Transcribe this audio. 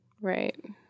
Right